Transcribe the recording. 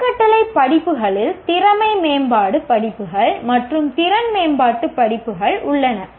அறக்கட்டளை படிப்புகளில் திறமை மேம்பாட்டு படிப்புகள் மற்றும் திறன் மேம்பாட்டு படிப்புகள் உள்ளன